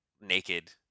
naked